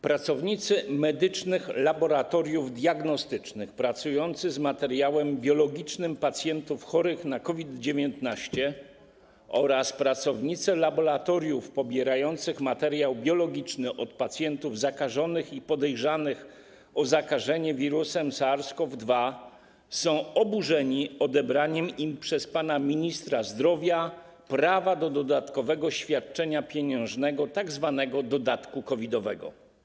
Pracownicy medycznych laboratoriów diagnostycznych pracujący z materiałem biologicznym pacjentów chorych na COVID-19 oraz pracownicy laboratoriów pobierających materiał biologiczny od pacjentów zakażonych i podejrzanych o zakażenie wirusem SARS-CoV-2 są oburzeni odebraniem im przez pana ministra zdrowia prawa do dodatkowego świadczenia pieniężnego, tzw. dodatku COVID-owego.